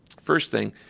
first thing,